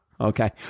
Okay